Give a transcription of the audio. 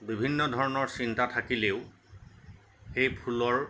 বিভিন্ন ধৰণৰ চিন্তা থাকিলেও সেই ফুলৰ